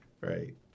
Right